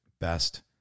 best